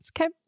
Okay